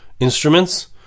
Instruments